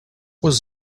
was